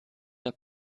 der